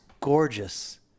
gorgeous